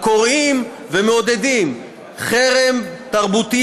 הקוראים ומעודדים חרם תרבותי,